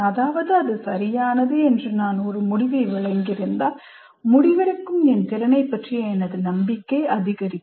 அதாவது அது சரியானது என்று நான் ஒரு முடிவை வழங்கியிருந்தால் முடிவெடுக்கும் என் திறனைப் பற்றிய எனது நம்பிக்கை அதிகரிக்கும்